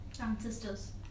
Ancestors